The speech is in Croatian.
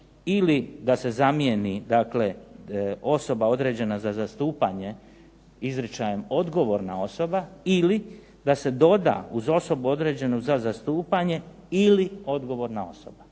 ili da se zamijeni osoba određena za zastupanje izričajem odgovorna osoba ili da se doda uz osobu određenu za zastupanje ili odgovorna osoba.